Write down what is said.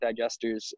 digesters